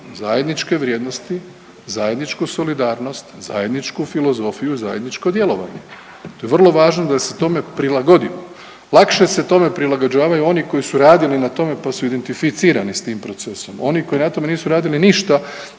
zajedničke vrijednosti, zajedničku solidarnost, zajedničku filozofiju, zajedničko djelovanje. To je vrlo važno da se tome prilagodimo. Lakše se tome prilagođavaju oni koji su radili na tome pa su identificirani s tim procesom. Oni koji na tome nisu radili ništa,